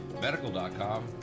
medical.com